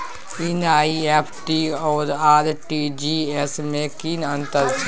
NEFT आ RTGS में की अन्तर छै?